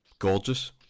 gorgeous